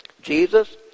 Jesus